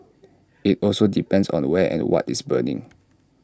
IT also depends on where and what is burning